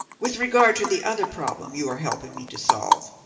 with regard to the other problem you are helping me to solve,